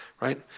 right